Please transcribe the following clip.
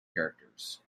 characters